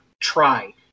try